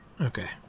Okay